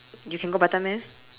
you can go batam meh